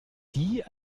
die